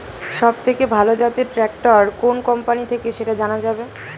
সবথেকে ভালো জাতের ট্রাক্টর কোন কোম্পানি থেকে সেটা জানা যাবে?